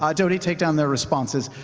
ah doty, take down their responses.